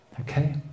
Okay